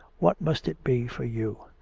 what must it be for you.